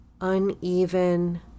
uneven